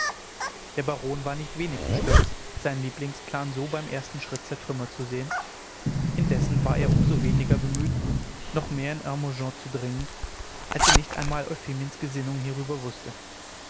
der baron war nicht wenig bestürzt seinen lieblingsplan so beim ersten schritt zertrümmert zu sehen indessen war er um so weniger bemüht noch mehr in hermogen zu dringen als er nicht einmal euphemiens gesinnungen hierüber wußte